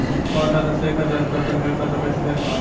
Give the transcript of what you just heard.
हमार खाता से एक हजार रुपया कट गेल बा त कइसे भेल बा?